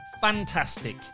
fantastic